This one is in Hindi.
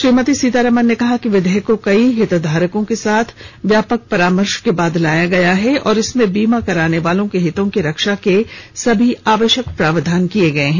श्रीमती सीतारामन ने कहा कि विधेयक को कई हितधारकों के साथ व्यापक परामर्श के बाद लाया गया है और इसमें बीमा कराने वालों के हितों की रक्षा के सभी आवश्यक प्रावधान किए गए हैं